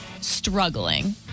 struggling